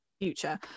future